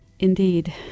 Indeed